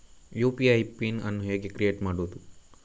UPI PIN ಅನ್ನು ಹೇಗೆ create ಮಾಡುದು?